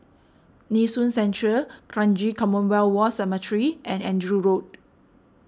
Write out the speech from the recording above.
Nee Soon Central Kranji Commonwealth War Cemetery and Andrew Road